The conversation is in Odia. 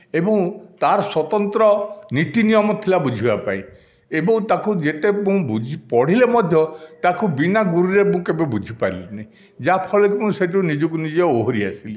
ଏବଂ ତା'ର ସ୍ୱତନ୍ତ୍ର ନୀତିନିୟମ ଥିଲା ବୁଝିବା ପାଇଁ ଏବଂ ତାକୁ ଯେତେ ବୁଝି ପଢ଼ିଲେ ମଧ୍ୟ ତାକୁ ବିନା ଗୁରୁରେ ମୁଁ କେବେ ବୁଝିପାରିଲିନାହିଁ ଯାହାଫଳରେ ମୁଁ ସେଇଠୁ ନିଜକୁ ନିଜେ ଓହରି ଆସିଲି